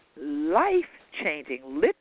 life-changing